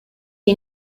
you